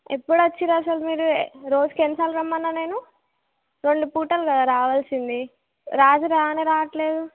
ఎప్పుడు వచ్చారు అసలు మీరు రోజుకెన్నీ సార్లు రమ్మన్నాను నేను రెండు పూటలు రావాల్సింది రాజు రానే రావట్లేదు